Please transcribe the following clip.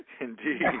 Indeed